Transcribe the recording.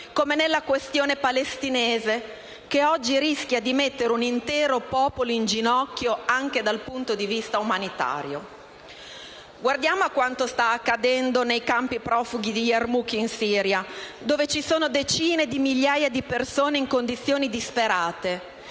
caso della questione palestinese, che oggi rischia di mettere un intero popolo in ginocchio, anche dal punto di vista umanitario. Guardiamo a quanto sta accadendo nel campo profughi di Yarmuk in Siria, dove ci sono decine di migliaia di persone in condizioni disperate,